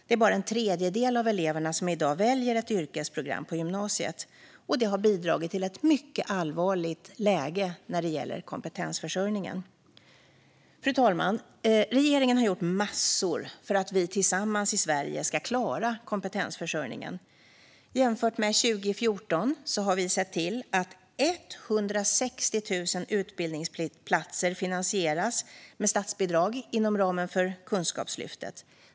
Det är bara en tredjedel av eleverna som i dag väljer ett yrkesprogram på gymnasiet. Detta har bidragit till ett mycket allvarligt läge när det gäller kompetensförsörjningen. Fru talman! Regeringen har gjort massor för att vi tillsammans i Sverige ska klara kompetensförsörjningen. Sedan 2014 har vi sett till att 160 000 utbildningsplatser finansieras med statsbidrag inom ramen för Kunskapslyftet.